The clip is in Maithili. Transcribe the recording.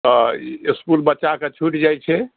तऽ इसकुल बच्चा के छूटि जाइ छै